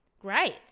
Great